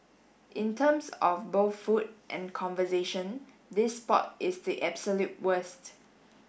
in terms of both food and conversation this spot is the absolute worst